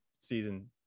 season